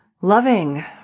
loving